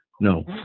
No